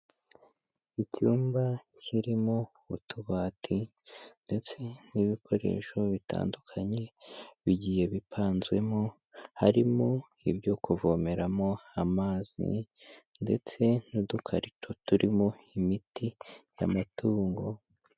Icyumba kirimo utubati ndetse n'ibikoresho bitandukanye bigiye bipanzwemo, harimo ibyo kuvomeramo amazi ndetse n'udukarito turimo imiti y'amatungo.